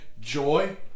joy